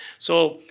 so,